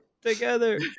together